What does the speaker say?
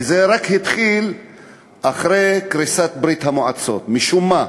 וזה התחיל רק אחרי קריסת ברית-המועצות, משום מה,